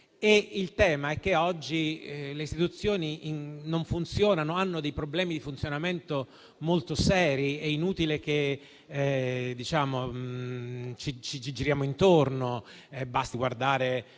Il tema è che oggi le istituzioni non funzionano e hanno problemi di funzionamento molto seri, è inutile che ci giriamo intorno: basti guardare